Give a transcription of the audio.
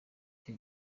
cyo